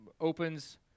opens